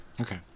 Okay